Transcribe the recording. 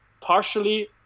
partially